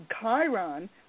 Chiron